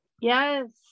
yes